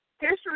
history